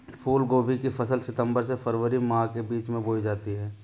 फूलगोभी की फसल सितंबर से फरवरी माह के बीच में बोई जाती है